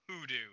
Hoodoo